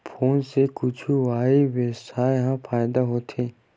Phone से कुछु ई व्यवसाय हे फ़ायदा होथे?